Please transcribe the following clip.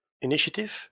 initiative